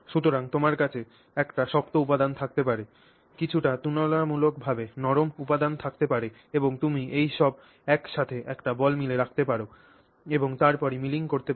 সুতরাং তোমার কাছে একটি শক্ত উপাদান থাকতে পারে কিছুটা তুলনামূলকভাবে নরম উপাদান থাকতে পারে এবং তুমি এই সব এক সাথে একটি বল মিলে রাখতে পার এবং তার পরে মিলিং করতে পার